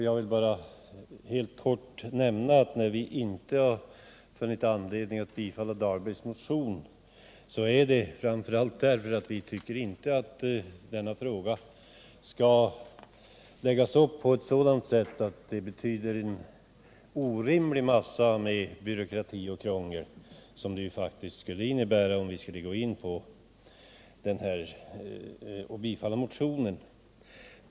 Jag vill bara helt kort nämna att när vi inte har funnit anledning att tillstyrka Rolf Dahlbergs motion är det framför allt på grund av att vi inte tycker denna fråga skall läggas upp på ett sådant sätt att det innebär orimligt mycket byråkrati och krångel, som det faktiskt skulle bli om vi tillstyrkte motionen.